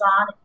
on